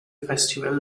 festival